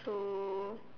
so